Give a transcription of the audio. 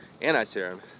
anti-serum